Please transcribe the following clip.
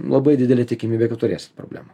labai didelė tikimybė kad turėsit problemų